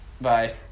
Bye